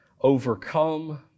overcome